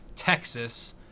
Texas